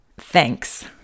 Thanks